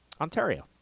Ontario